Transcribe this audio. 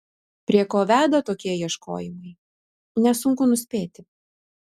prie ko veda tokie ieškojimai nesunku nuspėti